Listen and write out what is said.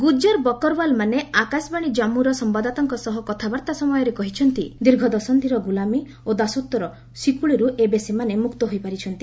ଗୁଜର ବକୁରୱାଲମାନେ ଆକାଶବାଣୀ ଜାମ୍ମୁର ସମ୍ଭାଦଦାତାଙ୍କ ସହ କଥାବାର୍ତ୍ତା ସମୟରେ କହିଛନ୍ତି ଦୀର୍ଘ ଦଶନ୍ଧିର ଗୁଲାମୀ ଓ ଦାସତ୍ୱର ଶିକୁଳିରୁ ଏବେ ସେମାନେ ମୁକ୍ତ ହୋଇପାରିଛନ୍ତି